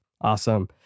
Awesome